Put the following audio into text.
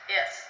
Yes